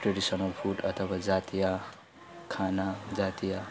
traditional food अथवा जातीय खाना जातीय